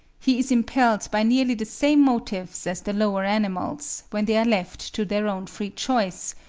he is impelled by nearly the same motives as the lower animals, when they are left to their own free choice,